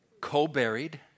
co-buried